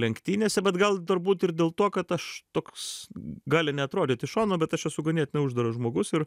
lenktynėse bet gal turbūt ir dėl to kad aš toks gali neatrodyt iš šono bet aš esu ganėtinai uždaras žmogus ir